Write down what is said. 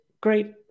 great